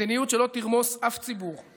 מדיניות שלא תרמוס אף ציבור,